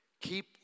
Keep